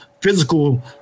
physical